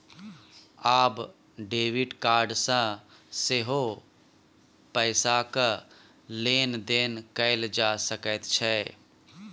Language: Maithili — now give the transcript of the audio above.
आब डेबिड कार्ड सँ सेहो पैसाक लेन देन कैल जा सकैत छै